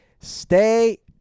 stay